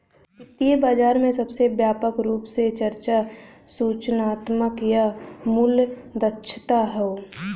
वित्तीय बाजार में सबसे व्यापक रूप से चर्चा सूचनात्मक या मूल्य दक्षता हौ